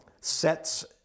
sets